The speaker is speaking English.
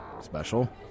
Special